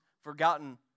forgotten